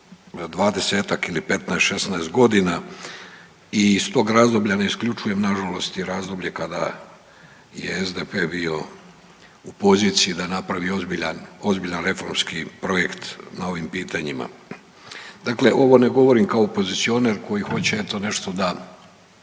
ili 15.-16.g. i iz tog razdoblja ne isključujem nažalost i razdoblje kada je SDP bio u poziciji da napravi ozbiljan, ozbiljan reformski projekt na ovim pitanjima. Dakle, ovo ne govorim kao pozicioner koji hoće eto